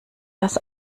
das